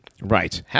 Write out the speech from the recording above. Right